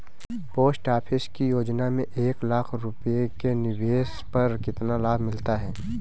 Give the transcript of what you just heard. Post office की योजना में एक लाख रूपए के निवेश पर कितना लाभ मिलता है?